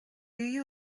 you